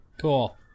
Cool